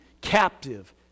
captive